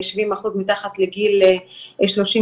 70% הם מתחת לגיל 35,